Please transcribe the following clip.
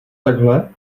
takhle